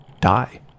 die